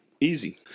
easy